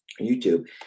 YouTube